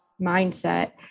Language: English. mindset